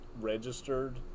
registered